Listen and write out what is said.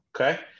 Okay